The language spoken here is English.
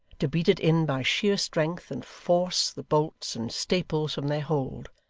to beat it in by sheer strength, and force the bolts and staples from their hold.